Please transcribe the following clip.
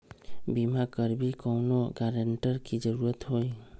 बिमा करबी कैउनो गारंटर की जरूरत होई?